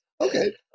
Okay